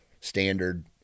standard